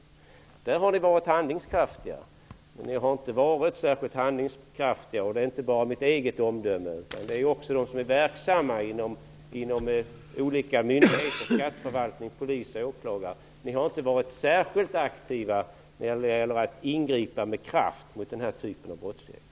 I de sammanhangen har ni varit handlingskraftiga. Men ni har inte varit särskilt aktiva -- och det är inte bara mitt eget omdöme, utan den uppfattningen har också de verksamma inom olika myndigheter såsom skatteförvaltningen, polisen och åklagarna -- när det gällt att ingripa med kraft mot den ekonomiska brottsligheten.